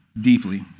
deeply